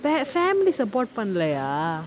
அப்பெ:appe family support பண்லைய:panlaiya